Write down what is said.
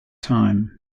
time